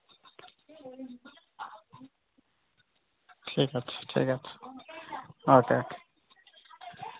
ঠিক আছে ঠিক আছে ওকে